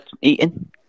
eating